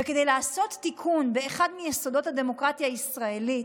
וכדי לעשות תיקון באחד מיסודות הדמוקרטיה הישראלית,